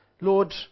Lord